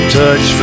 touch